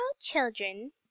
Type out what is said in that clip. children